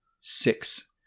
six